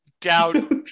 doubt